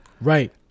right